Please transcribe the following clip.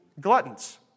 gluttons